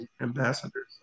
ambassadors